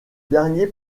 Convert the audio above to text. dernier